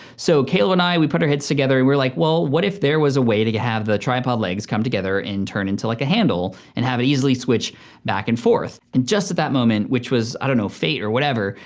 so caleb and i, we put our heads together, and we were like, well what if there was a way to have the tripod legs come together and turn into like a handle and have it easily switch back and forth. and that that moment, which was, i don't know, fate or whatever,